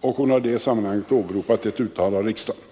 Hon har i sammanhanget åberopat ett uttalande av riksdagen.